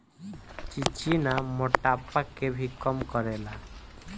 चिचिना मोटापा के भी कम करेला